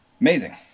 Amazing